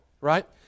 right